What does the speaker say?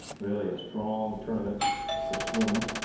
really a strong tournament for sluman.